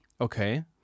okay